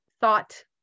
thought